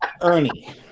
Ernie